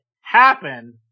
happen